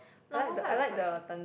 lau-pa-sat is quite